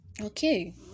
Okay